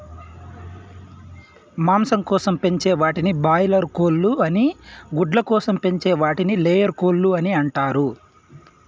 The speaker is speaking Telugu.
మాంసం కోసం పెంచే వాటిని బాయిలార్ కోళ్ళు అని గుడ్ల కోసం పెంచే వాటిని లేయర్ కోళ్ళు అంటారు